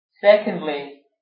Secondly